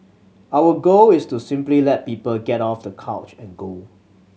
our goal is to simply let people get off the couch and go